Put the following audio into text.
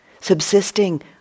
subsisting